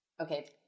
okay